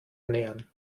ernähren